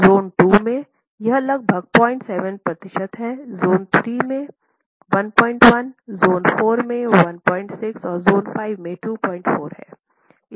zone II में यह लगभग 07 प्रतिशत है जोन III में 11 ज़ोन IV 16 जोन 5 24 हैं